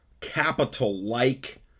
capital-like